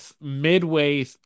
midway